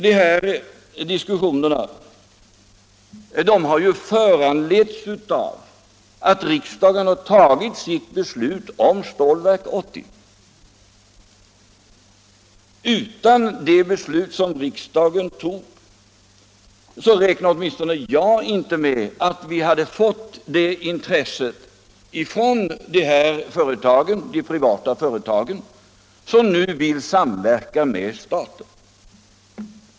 De här diskussionerna har ju föranletts av att riksdagen har fattat sitt beslut om Stålverk 80. Utan detta beslut räknar åtminstone jag inte med att vi hade fått det intresset från de privata företag som nu vill samverka med staten.